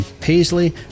Paisley